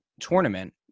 tournament